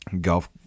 golf